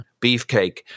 Beefcake